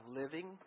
living